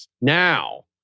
now